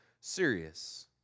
serious